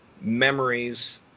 memories